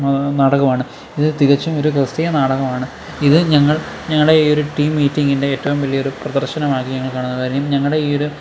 നാടകമാണ് ഇത് തികച്ചും ഒരു ക്രിസ്തീയ നാടകമാണ് ഇത് ഞങ്ങൾ ഞങ്ങളുടെ ഈ ഒരു ടീം മീറ്റിങ്ങിൻ്റെ ഏറ്റവും വലിയൊരു പ്രദർശനം ആയാണ് കാണുന്നെ കാര്യം ഞങ്ങളുടെ ഈ ഒരു